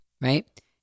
right